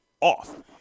off